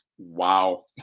Wow